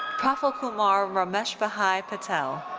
prafulkumar rameshbhai patel.